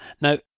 Now